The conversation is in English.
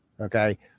okay